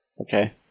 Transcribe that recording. Okay